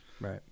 Right